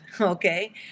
okay